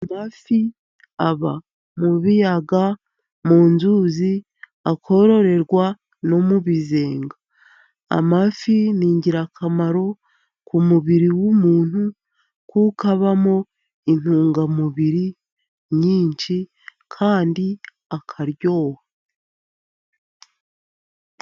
Amafi aba mu biyaga, mu nzuzi, akororerwa no mu bizenga. Amafi ni ingirakamaro ku mubiri w'umuntu, kuko abamo intungamubiri nyinshi, kandi akaryoha.